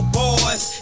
boys